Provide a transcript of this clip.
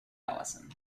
alison